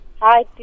Hi